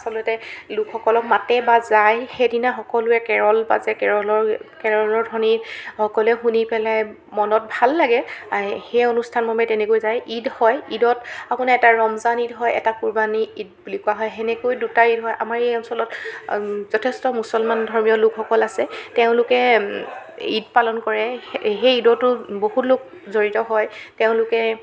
আচলতে লোকসকলক মাতে বা যায় সেইদিনা সকলোৱে কেৰল বাজে কেৰলৰ কেৰলৰ ধ্বনি সকলোৱে শুনি পেলাই মনত ভাল লাগে সেই অনুষ্ঠান মৰ্মে তেনেকৈ যায় ঈদ হয় ঈদত আপোনাৰ এটা ৰমজান ঈদ হয় এটা কোৰবানী ঈদ বুলি কোৱা হয় সেনেকৈ দুটা ঈদ হয় আমাৰ এই অঞ্চলত যথেষ্ট মুছলমান ধৰ্মীয় লোকসকল আছে তেওঁলোকে ঈদ পালন কৰে সে সেই ঈদতো বহুলোক জড়িত হয় তেওঁলোকে